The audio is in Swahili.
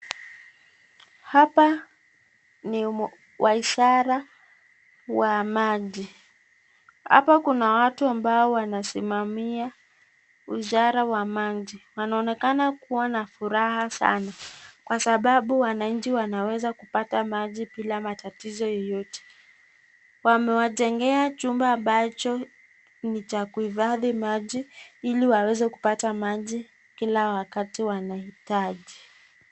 Hapa ni wizara wa maji. Hapa kuna watu ambao wanasimamia wizara ya maji. Wanaonekana kuwa na furaha sana kwa sababu wanainchi wanaweza kupata maji kila masaa bila tatizo yoyote. Wamewatengea chumba ambacho ni cha kuhifadhi maji ili waweza kupata maji kila wakati wanahitaji.